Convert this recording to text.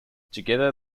together